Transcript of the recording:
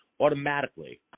automatically